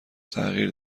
تغییر